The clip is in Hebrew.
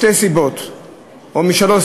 יחד עם חברי חברי הכנסת משה גפני ויעקב אשר,